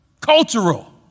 Cultural